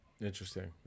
Interesting